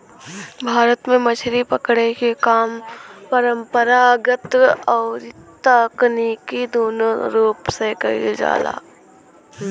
भारत में मछरी पकड़े के काम परंपरागत अउरी तकनीकी दूनो रूप से कईल जाला